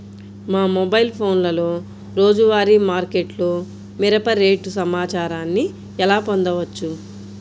మా మొబైల్ ఫోన్లలో రోజువారీ మార్కెట్లో మిరప రేటు సమాచారాన్ని ఎలా పొందవచ్చు?